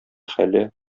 хәле